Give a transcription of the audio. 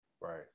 Right